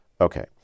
Okay